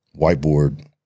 whiteboard